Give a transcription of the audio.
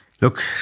Look